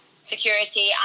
security